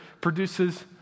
produces